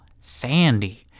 Sandy